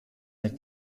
der